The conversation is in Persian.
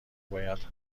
باید